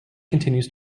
continues